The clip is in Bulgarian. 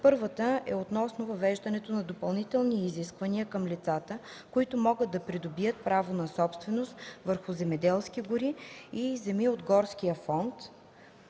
Първата е относно въвеждането на допълнителни изисквания към лицата, които могат да придобият право на собственост върху земеделски гори и земи от горския фонд